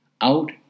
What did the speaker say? out